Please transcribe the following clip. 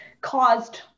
caused